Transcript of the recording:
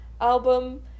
album